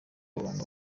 wanga